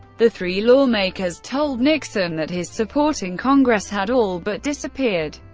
the three lawmakers told nixon that his support in congress had all, but disappeared.